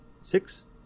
Six